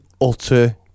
utter